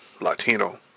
Latino